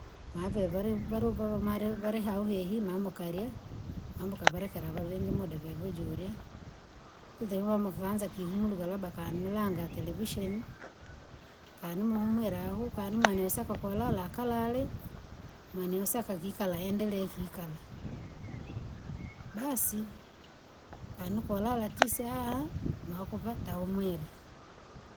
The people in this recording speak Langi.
Mave vari varuvava mare vari hawa hehi mamukarya, mambo ukavarekera vavingi muda vivi ujorye. mama ukaanza kihumuruka labda kanilanga televisheni, kani muhumwire ahu kani mwene usaka koo lala akalale, mwene osaka kikala endelee kikala, basi kani kolala tise makuva tahumwire.